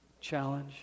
challenge